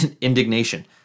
indignation